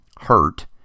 hurt